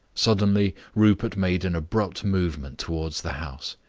suddenly rupert made an abrupt movement towards the house.